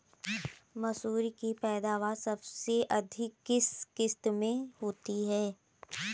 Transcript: मसूर की पैदावार सबसे अधिक किस किश्त में होती है?